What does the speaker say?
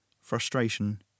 Frustration